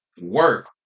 work